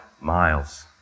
miles